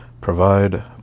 provide